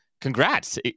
congrats